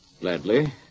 Gladly